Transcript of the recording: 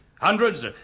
Hundreds